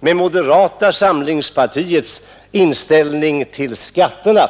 med moderata samlingspartiets inställning till skatterna?